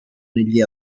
negli